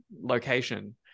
location